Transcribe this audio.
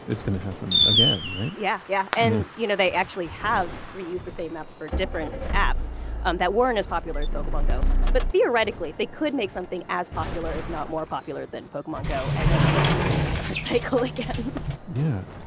it's going to happen again, right? yeah. yeah. and you know they actually have reused the same maps for different apps um that weren't as popular as pokemon go. but theoretically, they could make something as popular, if not more popular than pokemon go and then they're going to be in another cycle again yeah.